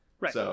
Right